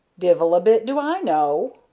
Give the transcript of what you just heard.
divil a bit do i know.